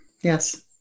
Yes